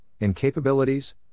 incapabilities